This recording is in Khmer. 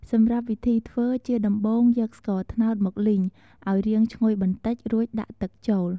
សម្រាប់វិធីធ្វើ ជាដំបូង យកស្ករត្នោតមកលីង ឱ្យរាងឈ្ងុយបន្តិច រួចដាក់ទឹកចូល។